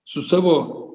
su savo